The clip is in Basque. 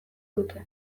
dute